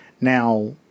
Now